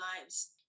lives